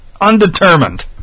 Undetermined